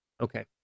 Okay